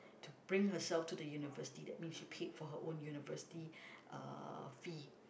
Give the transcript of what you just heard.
to bring herself to the university that means she paid for her own university uh fee